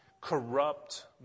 corrupt